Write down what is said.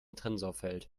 tensorfeld